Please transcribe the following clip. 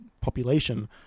population